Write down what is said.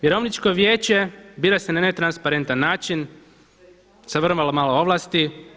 Vjerovničko vijeće bira se na ne transparentan način sa vrlo malo ovlasti.